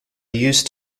used